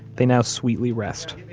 they now sweetly rest.